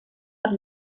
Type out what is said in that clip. per